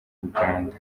uganda